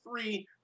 three